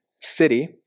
city